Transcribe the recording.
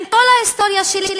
עם כל ההיסטוריה שלי,